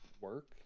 work